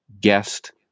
guest